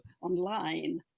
online